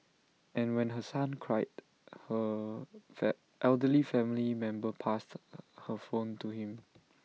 and when her son cried her elderly family member passed her phone to him